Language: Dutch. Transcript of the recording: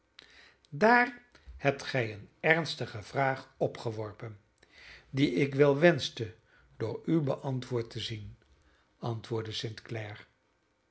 daar hebt gij een ernstige vraag opgeworpen die ik wel wenschte door u beantwoord te zien antwoordde